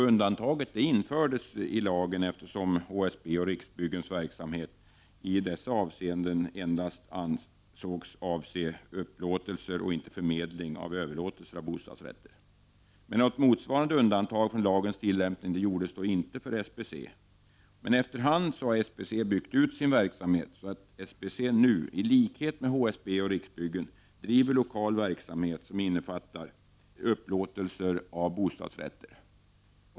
Undantaget infördes i lagen, eftersom HSB:s och Riksbyggens verksamhet i dessa avseenden endast avsåg upplåtelse och inte förmedling av överlåtelser av bostadsrätter. Något motsvarande undantag från lagens tillämpning gjordes då inte för SBC. Efter hand har SBC byggt ut sin verksamhet, så att SBC nu — i likhet med HSB och Riksbyggen — driver lokal verksamhet som innefattar upplåtelse av bostadsrätter.